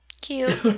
Cute